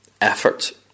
effort